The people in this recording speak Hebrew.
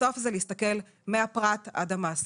בסוף זה להסתכל מהפרט עד המעסיק.